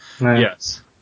Yes